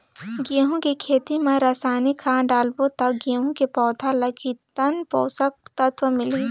गंहू के खेती मां रसायनिक खाद डालबो ता गंहू के पौधा ला कितन पोषक तत्व मिलही?